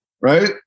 Right